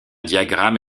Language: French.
diagramme